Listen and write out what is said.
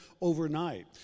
overnight